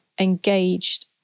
engaged